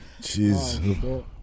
Jeez